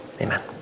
Amen